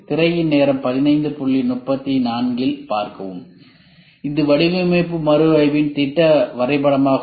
இது வடிவமைப்பு மறு ஆய்வின் திட்ட வரை படமாகும்